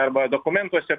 arba dokumentuose